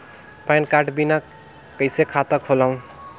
Pan card बिना कइसे खाता खोलव?